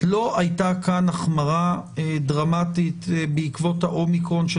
לא הייתה כאן החמרה דרמטית של תקנות תו הירוק בעקבות ה-אומיקרון.